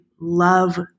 love